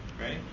right